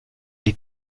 die